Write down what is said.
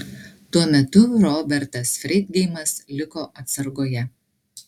tuo metu robertas freidgeimas liko atsargoje